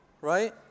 right